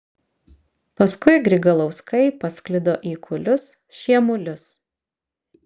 paskui grigalauskai pasklido į kulius šiemulius